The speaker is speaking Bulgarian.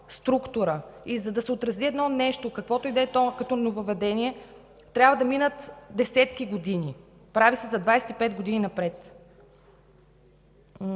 структура и за да се отрази едно нещо, каквото и да е то като нововъдение, трябва да минат десетки години. Прави се за 25 години напред.